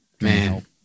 man